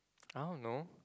I don't know